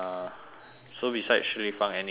so besides 食立方 any cravings